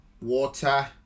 Water